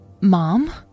mom